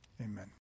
Amen